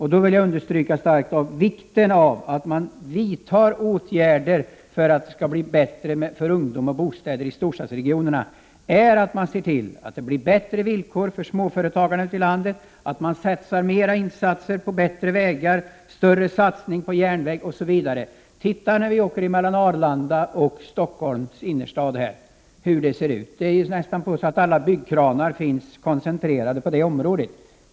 Jag vill därför understryka vikten av att regeringen vidtar åtgärder för att förbättra situationen för ungdomar på bostadsmarknaden i storstadsregionerna. Det gör man genom att se till att det blir bättre villkor för småföretagarna ute i landet, genom att göra större insatser för att förbättra vägarna, genom att göra större satsningar på järnvägar, m.m. När man åker mellan Arlanda och Stockholms innerstad verkar det som om alla byggkranar är koncentrerade till detta område.